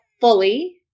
fully